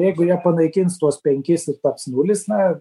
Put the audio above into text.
jeigu jie panaikins tuos penkis ir taps nulis na